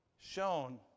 Shown